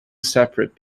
separate